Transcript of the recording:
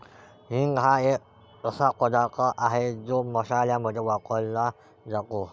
हिंग हा असा पदार्थ आहे जो मसाल्यांमध्ये वापरला जातो